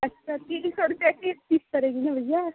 अच्छा तीन सौ रुपया के एक पीस पड़ेगी न भैया